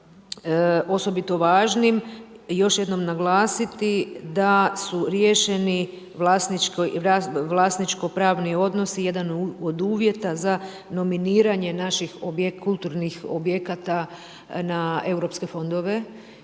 osobito važnim, još jednom naglasiti da su riješeni vlasničko pravni odnosi, jedan od uvjeta za nominiranje naših kulturnih objekata na Europske fondove